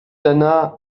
dyna